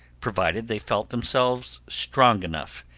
provided they felt themselves strong enough,